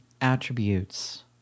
attributes